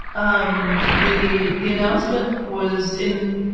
um the the announcement was in,